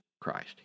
Christ